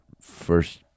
first